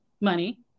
money